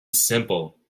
simple